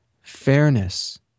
fairness